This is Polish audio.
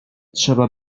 trzeba